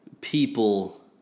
people